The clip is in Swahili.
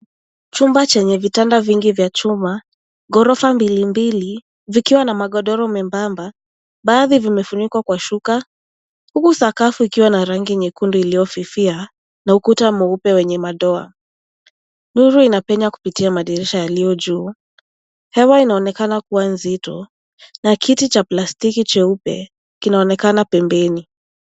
Chumba chenye vitanda vingi vya chuma, ghorofa mbilimbili vikiwa na magodoro myembamba baadhi vimefunikwa kwa shuka huku sakafu ikiwa na rangi nyekundu iliyofifia na ukuta mweupe wenye madoa. Nuru inapenya kupitia madirisha yaliyojuu, hewa inaonekana kuwa nzito na kiti cha plastiki cheupe kinaonekana pembeni.